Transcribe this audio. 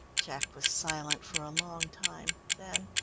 jack was silent for a long time. then